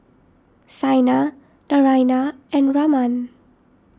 Saina Naraina and Raman